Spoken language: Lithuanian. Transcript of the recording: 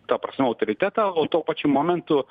ta prasme autoritetą o tuo pačiu momentu